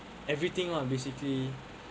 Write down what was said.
everything lah basically